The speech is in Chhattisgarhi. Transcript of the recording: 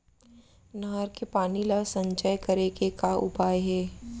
नहर के पानी ला संचय करे के का उपाय हे?